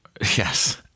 Yes